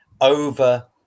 over